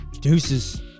Deuces